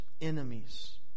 Enemies